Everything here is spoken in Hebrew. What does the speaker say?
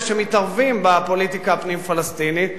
שמתערבים בפוליטיקה הפנים-פלסטינית ולהגיד: